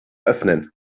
öffnen